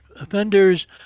offenders